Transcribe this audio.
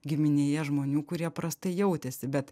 giminėje žmonių kurie prastai jautėsi bet